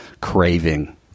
craving